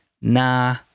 nah